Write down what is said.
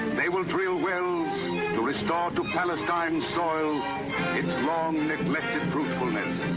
they will drill wells to restore to palestineis soil its long-neglected fruitfulness.